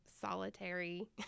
solitary